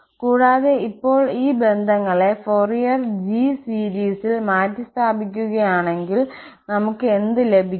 കൂടാതെ ഇപ്പോൾ ഈ ബന്ധങ്ങളെ ഫോറിയർ g സീരിസിൽ മാറ്റിസ്ഥാപിക്കുകയാണെങ്കിൽ നമുക്ക് എന്ത് ലഭിക്കും